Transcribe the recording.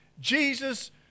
Jesus